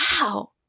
Wow